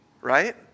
Right